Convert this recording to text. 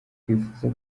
twifuza